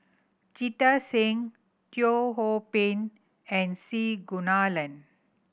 Jita Singh Teo Ho Pin and C Kunalan